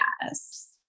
Yes